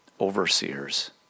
overseers